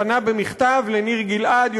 פנה במכתב לניר גלעד,